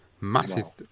massive